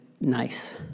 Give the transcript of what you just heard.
nice